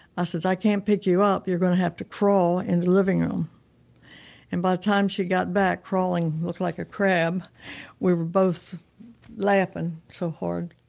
i says, i can't pick you up, you're gonna have to crawl into and the living room and by the time she got back crawling, looked like a crab, we were both laughing so hard.